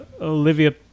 Olivia